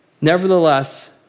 Nevertheless